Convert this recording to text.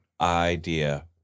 idea